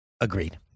Agreed